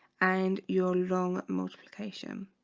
and your long multiplication